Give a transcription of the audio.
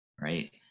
right